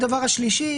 הדבר השלישי,